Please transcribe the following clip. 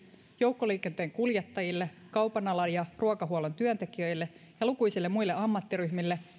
joukkoliikenteen kuljettajille kaupanalan ja ruokahuollon työntekijöille ja lukuisille muille ammattiryhmille